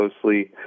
closely